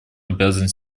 обязан